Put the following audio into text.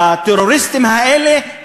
בטרוריסטים האלה,